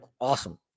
awesome